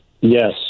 Yes